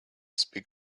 speak